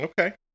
Okay